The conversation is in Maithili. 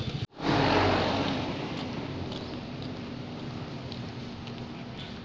अपरिवर्तनीय ऋण पत्रो मे इक्विटी या शेयरो के नै बदलै पड़ै छै